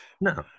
No